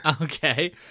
Okay